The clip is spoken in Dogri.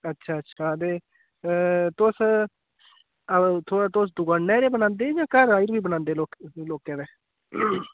अच्छा अच्छा ते तुस उत्थोआं तुस दुकानै'र गै बनांदे जां घर आइयै बनांदे लोक लीकें दे